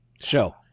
show